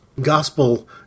gospel